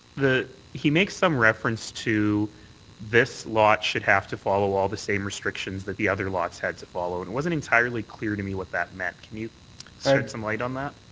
he makes some reference to this lot should have to follow all the same restrictions that the other lots had to follow, and wasn't entirely clear to me what that meant. can you sled some light on that?